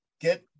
Get